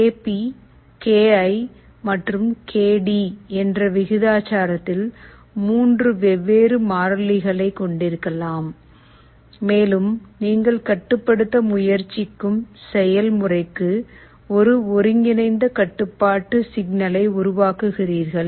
K P K I மற்றும் K D என்ற விகிதாச்சாரத்தில் மூன்று வெவ்வேறு மாறிலிகளை கொண்டிருக்கலாம் மேலும் நீங்கள் கட்டுப்படுத்த முயற்சிக்கும் செயல் முறைக்கு ஒரு ஒருங்கிணைந்த கட்டுப்பாட்டு சிக்னலை உருவாக்குகிறீர்கள்